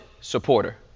supporter